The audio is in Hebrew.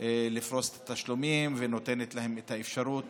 לפרוס את התשלומים ושנותנת להם את האפשרות